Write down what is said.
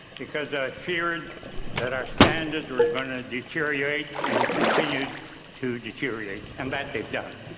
because i feared that our standards were going ah to deteriorate and continue to deteriorate, and that they've done.